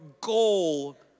goal